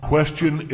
Question